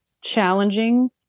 challenging